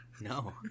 No